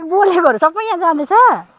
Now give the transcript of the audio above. बोलेकोहरू सबै यहाँ जाँदैछ